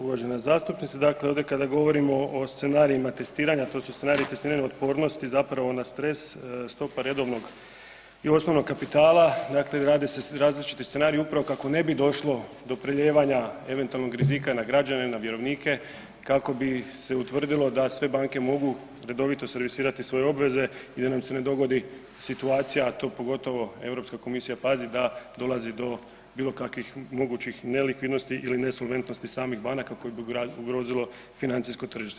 Uvažena zastupnice dakle ovdje kada govorimo o scenarijima testiranja, a to su scenariji testiranja otpornosti zapravo na stres, stopa redovnog i osnovnog kapitala dakle rade se različiti scenarij upravo kako ne bi došlo do prelijevanja eventualnog rizika na građane na vjerovnike, kako bi se utvrdilo da sve banke mogu redovito servisirati svoje obveze i da nam se ne dogodi situacija, a to pogotovo Europska komisija pazi da dolazi do bilo kakvih mogućih nelikvidnosti ili nesolventnosti samih banaka koje bi ugrozilo financijsko tržište.